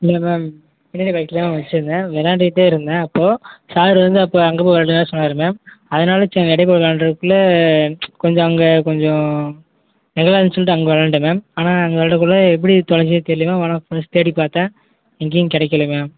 இல்லை மேம் பின்னாடி பாக்கெட்டில் தான் மேம் வச்சுருந்தேன் விளாண்டுட்டே இருந்தேன் அப்போது சார் வந்து அப்போது அங்கே போய் விளாடுங்கன்னு சொன்னார் மேம் அதனால் சரி வெளியே போய் விளாண்றத்துக்குள்ள கொஞ்சம் அங்கே கொஞ்சம் நிழலா இருந்துச்சுன்னுட்டு அங்கே விளாண்டேன் மேம் ஆனால் அங்கே விளாடக்குள்ள எப்படி துலைஞ்சதுன்னு தெரியலை மேம் ஆனால் பர்ஸ் தேடிப் பார்த்தேன் எங்கேயும் கிடைக்கல மேம்